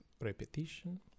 repetition